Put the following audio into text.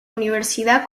universidad